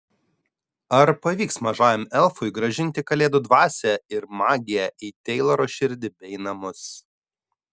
ar pavyks mažajam elfui grąžinti kalėdų dvasią ir magiją į teiloro širdį bei namus